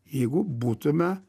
jeigu būtume